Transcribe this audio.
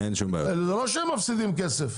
זה לא שהם מפסידים כסף.